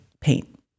paint